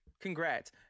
congrats